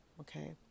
okay